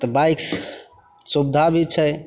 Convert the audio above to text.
तऽ बाइक सुविधा भी छै